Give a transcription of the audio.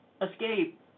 Escape